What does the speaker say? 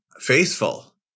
faithful